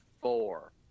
four